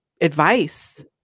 advice